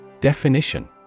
Definition